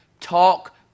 talk